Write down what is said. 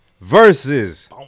versus